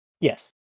Yes